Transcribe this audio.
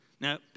Now